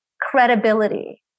credibility